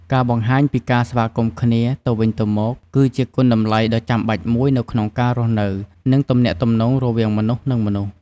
ការបង្ហាញពីការស្វាគមន៍គ្នាទៅវិញទៅមកគឺជាគុណតម្លៃដ៏ចំបាច់មួយនៅក្នុងការរស់នៅ និងទំនាក់ទំនងវវាងមនុស្ស និង មនុស្ស។